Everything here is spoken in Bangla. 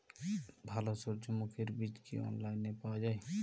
ভালো সূর্যমুখির বীজ কি অনলাইনে পাওয়া যায়?